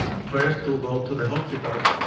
first to go to the hospitals,